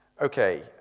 Okay